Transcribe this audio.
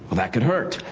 that could hurt.